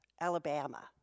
Alabama